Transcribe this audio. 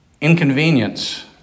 Inconvenience